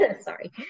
Sorry